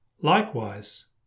Likewise